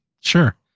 Sure